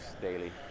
daily